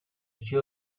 show